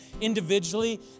individually